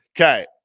okay